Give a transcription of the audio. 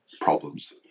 problems